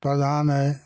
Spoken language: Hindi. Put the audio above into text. प्रधान है